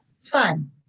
Fun